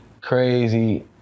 crazy